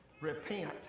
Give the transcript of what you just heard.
Repent